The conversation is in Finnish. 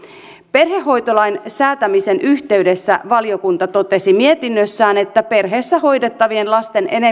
perhehoitolain säätämisen yhteydessä valiokunta totesi mietinnössään että perheessä hoidettavien lasten